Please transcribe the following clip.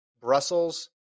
Brussels